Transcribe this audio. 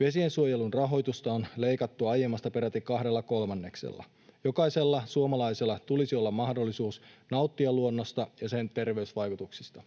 Vesiensuojelun rahoitusta on leikattu aiemmasta peräti kahdella kolmanneksella. Jokaisella suomalaisella tulisi olla mahdollisuus nauttia luonnosta ja sen terveysvaikutuksista.